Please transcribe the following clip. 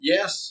Yes